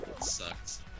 Sucks